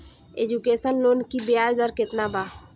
Education loan की ब्याज दर केतना बा?